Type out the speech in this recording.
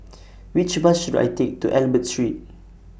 Which Bus should I Take to Albert Street